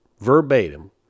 verbatim